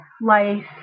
life